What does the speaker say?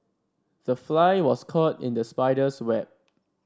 the fly was caught in the spider's web